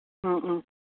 ꯑꯥ ꯑꯥ